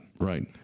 Right